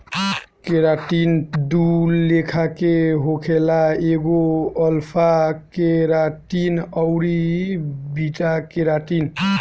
keratin दू लेखा के होखेला एगो अल्फ़ा केराटिन अउरी बीटा केराटिन